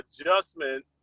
adjustment –